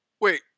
wait